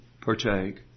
partake